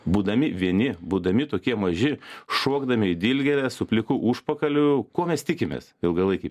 būdami vieni būdami tokie maži šokdami į dilgėles su pliku užpakaliu kuo mes tikimės ilgalaikėj